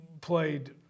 played